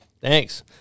Thanks